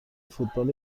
فوتبال